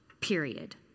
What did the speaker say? period